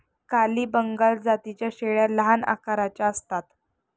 काली बंगाल जातीच्या शेळ्या लहान आकाराच्या असतात